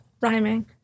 Rhyming